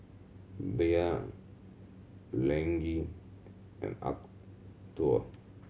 Bia Laneige and Acuto